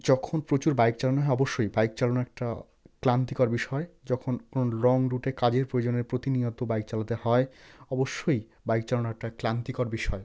যখন প্রচুর বাইক চালানো হয় অবশ্যই বাইক চালানো একটা ক্লান্তিকর বিষয় যখন কোনো লং রুটে কাজের প্রয়োজনে প্রতিনিয়ত বাইক চালাতে হয় অবশ্যই বাইক চালানো একটা ক্লান্তিকর বিষয়